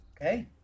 Okay